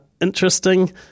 Interesting